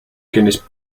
guinness